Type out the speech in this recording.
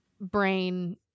brain